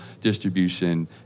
distribution